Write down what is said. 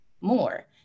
more